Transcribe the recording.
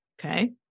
Okay